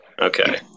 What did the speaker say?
okay